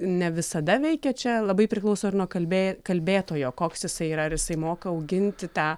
ne visada veikia čia labai priklauso ir nuo kalbė kalbėtojo koks jisai yra ar jisai moka auginti tą